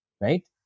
right